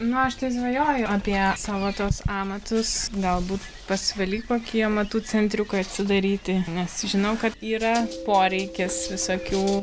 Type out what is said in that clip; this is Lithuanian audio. nu aš tai svajoju apie savo tuos amatus galbūt pas velykų kiemą tų centriukų atsidaryti nes žinau kad yra poreikis visokių